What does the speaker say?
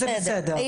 בסדר.